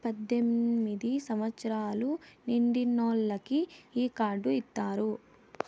పద్దెనిమిది సంవచ్చరాలు నిండినోళ్ళకి ఈ కార్డు ఇత్తారు